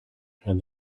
and